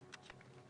ככה.